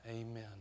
Amen